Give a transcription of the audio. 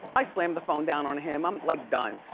i slam the phone down on him, i'm like done.